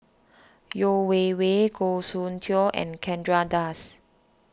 Yeo Wei Wei Goh Soon Tioe and Chandra Das